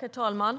Herr talman!